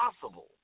possible